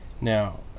Now